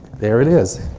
there it is